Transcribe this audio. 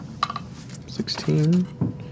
16